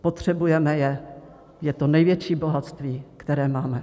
Potřebujeme je, je to největší bohatství, které máme.